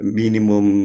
minimum